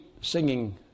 singing